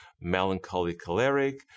melancholy-choleric